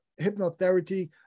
hypnotherapy